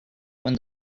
when